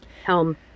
helm